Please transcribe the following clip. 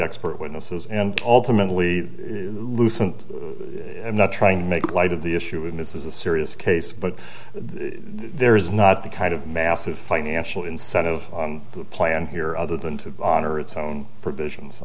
expert witnesses and ultimately lucent not trying to make light of the issue and this is a serious case but there is not the kind of massive financial incentive plan here other than to honor its own